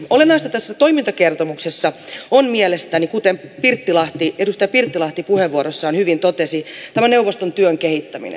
olennaista tässä toimintakertomuksessa on mielestäni kuten edustaja pirttilahti puheenvuorossaan hyvin totesi tämä neuvoston työn kehittäminen